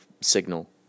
signal